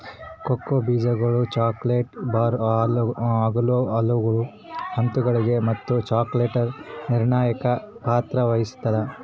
cocoa ಬೀಜಗಳು chocolate bar ಆಗಲು ಹಲವು ಹಂತಗಳಿವೆ ಮತ್ತು ಚಾಕೊಲೇಟರ್ ನಿರ್ಣಾಯಕ ಪಾತ್ರ ವಹಿಸುತ್ತದ